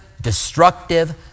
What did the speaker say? destructive